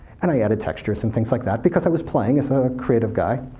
and i added textures and things like that, because i was playing as a creative guy.